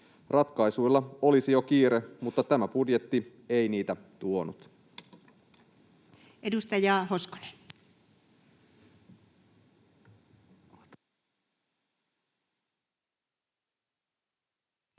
Ratkaisuilla olisi jo kiire, mutta tämä budjetti ei niitä tuonut.